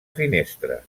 finestres